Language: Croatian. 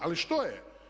Ali što je?